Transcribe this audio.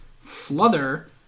flutter